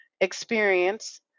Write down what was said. experience